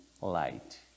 light